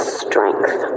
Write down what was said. strength